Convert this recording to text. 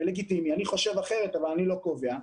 אני חושב אחרת אבל אני לא קובע.